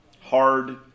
Hard